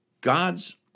God's